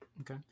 Okay